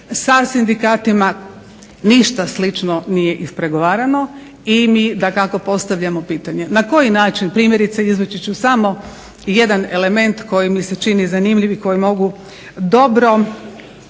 Sa sindikatima ništa slično nije ispregovarano. I mi dakako postavljamo pitanje na koji način, primjerice izvući ću samo jedan element koji mi se čini zanimljiv i koji mogu dobro